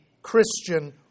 Christian